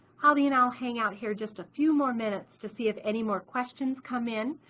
holly and i will hang out here just a few more minutes to see if any more questions come in.